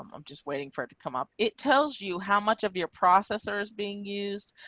i'm just waiting for it to come up. it tells you how much of your processors being used.